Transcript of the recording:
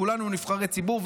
כולנו נבחרי ציבור,